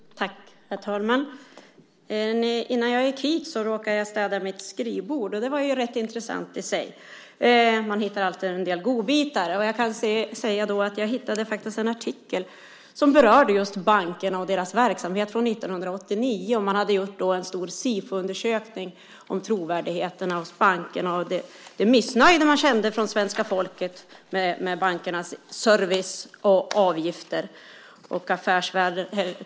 Herr talman! Innan jag gick hit råkade jag städa mitt skrivbord, och det var ju rätt intressant i sig. Man hittar alltid en del godbitar, och jag hittade faktiskt en artikel som berörde just banker och deras verksamhet från 1989. Man hade gjort en stor Sifoundersökning om trovärdigheten hos bankerna och det missnöje man kände från svenska folket med bankernas service och avgifter.